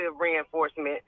reinforcement